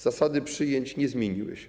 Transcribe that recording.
Zasady przyjęć nie zmieniły się.